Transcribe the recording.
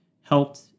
helped